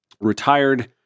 retired